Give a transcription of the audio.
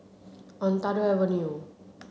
Ontario Avenue